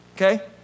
okay